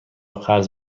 قرض